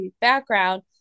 background